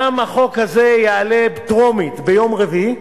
גם החוק הזה יעלה לטרומית ביום רביעי,